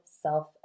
self